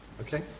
Okay